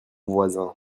voisin